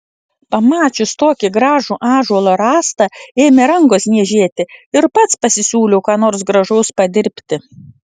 pamačius tokį gražų ąžuolo rąstą ėmė rankos niežėti ir pats pasisiūliau ką nors gražaus padirbti